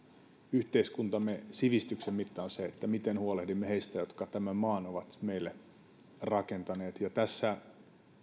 yhteiskuntamme sivistyksen mitta on se miten huolehdimme heistä jotka tämän maan ovat meille rakentaneet ja tässä